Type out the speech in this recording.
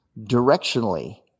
directionally